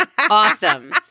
awesome